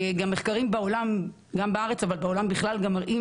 בנוסף מחקרים בארץ ובעולם בכלל מראים